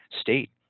state